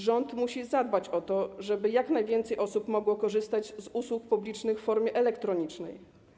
Rząd musi zadbać o to, żeby jak najwięcej osób mogło korzystać z usług publicznych w formie elektronicznej.